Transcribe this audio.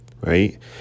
Right